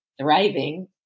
thriving